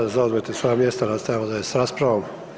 da zauzmete svoja mjesta, nastavljamo dalje s raspravom.